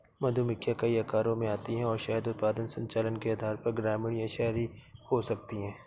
मधुमक्खियां कई आकारों में आती हैं और शहद उत्पादन संचालन के आधार पर ग्रामीण या शहरी हो सकती हैं